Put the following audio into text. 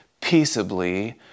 peaceably